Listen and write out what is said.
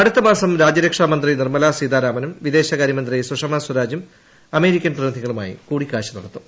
അടുത്തമാസം രാജ്യരക്ഷാ മിന്ത്രിനിർമ്മലാ സീതാരാമനും വിദേശകാരൃമന്ത്രി സുഷ്മു സ്വരാജും അമേരിക്കൻ പ്രതിനിധികളുമായി കൂടിക്കാഴ്ച നടത്തും